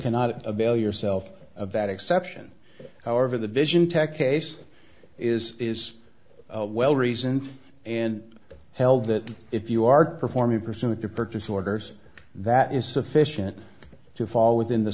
cannot avail yourself of that exception however the vision tech case is is a well reasoned and held that if you are performing pursue the purchase orders that is sufficient to fall within the